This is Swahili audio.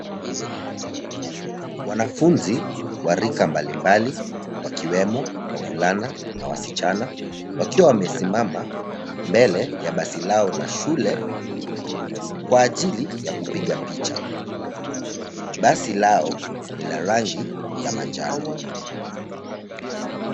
Wanafunzi wa rika mbalimbali wakiwemo wavulana na wasichana wakiwa wamesimama mbele ya basi lao la shule kwa ajili ya kupiga picha. Basi lao ni la rangi ya manjano.